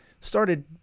started